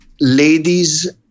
ladies